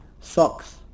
socks